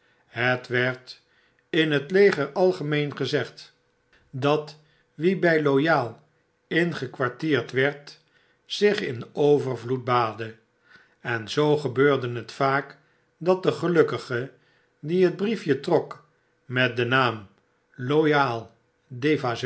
het werd in het leger algemeen gezegd dat al wie by loyal ingekwartierd werd zich in overvloed baadde en zoo gebeurde het vaak dat de gelukkige die het briefje trok met den naam